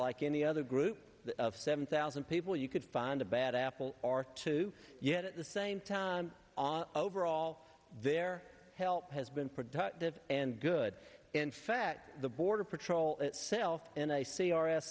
like any other group of seven thousand people you could find a bad apple or two yet at the same time on overall their help has been productive and good in fact the border patrol itself and i